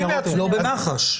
לא במח"ש.